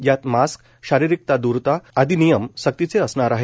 यात मास्क शारीरिक दूरता आदी नियम सक्तीचे असणार आहेत